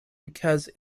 because